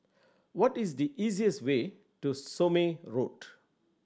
what is the easiest way to Somme Road